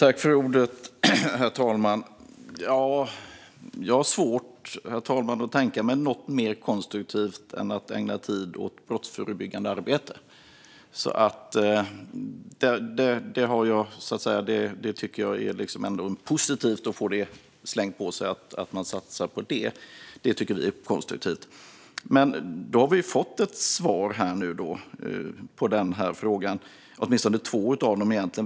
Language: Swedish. Herr talman! Jag har svårt att tänka mig något mer konstruktivt än att ägna tid åt brottsförebyggande arbete. Jag tycker att det är positivt att få slängt på sig att man satsar på det. Vi tycker att det är konstruktivt. Då har vi alltså fått svar, åtminstone på två av frågorna.